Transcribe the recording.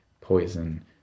poison